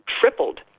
tripled